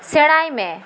ᱥᱮᱬᱟᱭ ᱢᱮ